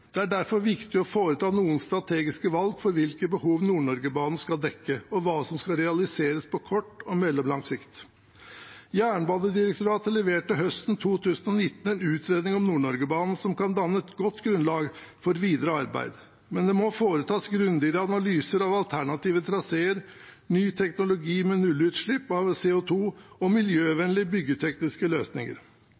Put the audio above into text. Det er derfor viktig å foreta noen strategiske valg for hvilke behov Nord-Norge-banen skal dekke, og hva som skal realiseres på kort og mellomlang sikt. Jernbanedirektoratet leverte høsten 2019 en utredning om Nord-Norge-banen som kan danne et godt grunnlag for videre arbeid, men det må foretas grundige analyser av alternative traseer, ny teknologi med nullutslipp av CO2 og